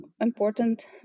important